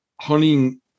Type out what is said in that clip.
Hunting